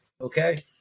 okay